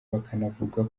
bakanavuga